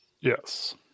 Yes